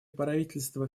правительство